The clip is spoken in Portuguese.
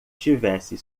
tivesse